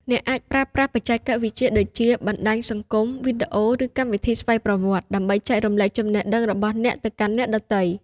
អ្នកអាចប្រើប្រាស់បច្ចេកវិទ្យាដូចជា បណ្តាញសង្គម វីដេអូ ឬ កម្មវិធីស្វ័យប្រវត្តិ ដើម្បីចែករំលែកចំណេះដឹងរបស់អ្នកទៅកាន់អ្នកដទៃ។